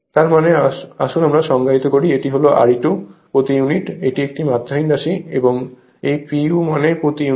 তার মানে আসুন আমরা সংজ্ঞায়িত করি এটি হল Re2 প্রতি ইউনিট এটি একটি মাত্রাহীন রাশি এই pu মানে প্রতি ইউনিট